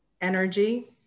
energy